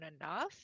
enough